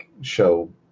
show